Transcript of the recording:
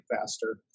faster